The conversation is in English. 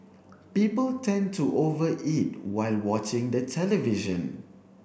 people tend to over eat while watching the television